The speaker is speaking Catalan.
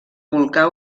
volcà